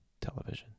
television